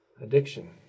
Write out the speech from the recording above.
addiction